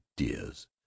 ideas